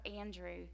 Andrew